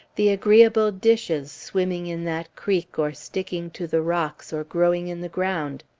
the agreeable dishes swimming in that creek, or sticking to the rocks, or growing in the ground.